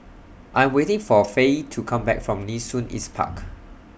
I Am waiting For Fae to Come Back from Nee Soon East Park